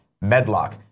Medlock